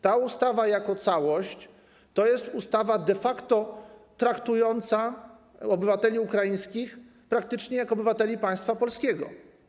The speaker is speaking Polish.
Ta ustawa jako całość to jest ustawa de facto traktująca obywateli ukraińskich praktycznie jak obywateli państwa polskiego.